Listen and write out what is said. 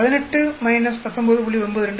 925218 19